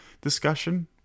discussion